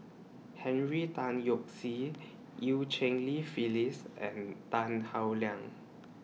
Henry Tan Yoke See EU Cheng Li Phyllis and Tan Howe Liang